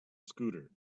scooter